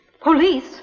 Police